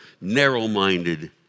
narrow-minded